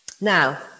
Now